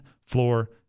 Floor